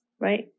right